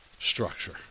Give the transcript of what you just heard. structure